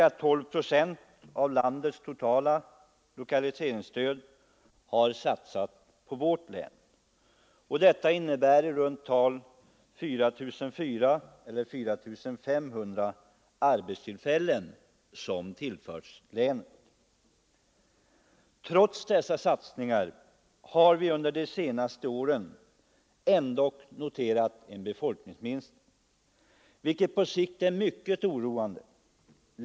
Ca 12 procent av landets totala lokaliseringsstöd har satsats inom vårt län, och detta innebär att i runt tal 4 400 eller 4 500 arbetstillfällen tillförts länet. Trots dessa satsningar har vi under de senaste åren ändock noterat en befolkningsminskning, vilket på sikt är mycket oroande.